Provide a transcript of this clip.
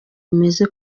bimeze